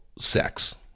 sex